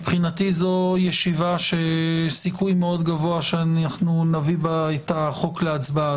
מבחינתי זו ישיבה שסיכוי מאוד גבוה שאנחנו נביא בה את החוק להצבעה,